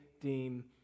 deem